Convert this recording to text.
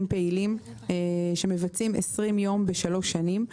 פעילים שמבצעים 20 ימים בשלוש שנים.